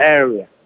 area